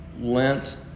lent